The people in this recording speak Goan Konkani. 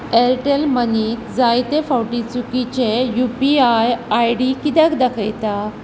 ऍरटॅल मनींत जायते फावटी चुकीचे U P I I D कित्याक दाखयता